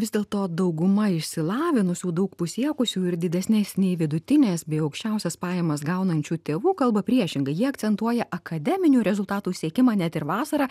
vis dėlto dauguma išsilavinusių daug pasiekusių ir didesnes nei vidutines bei aukščiausias pajamas gaunančių tėvų kalba priešingai jie akcentuoja akademinių rezultatų siekimą net ir vasarą